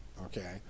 okay